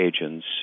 agents